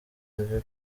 villa